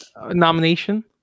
nomination